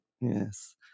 yes